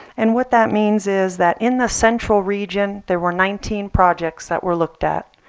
and what that means is that in the central region there were nineteen projects that were looked at.